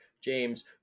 James